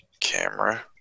camera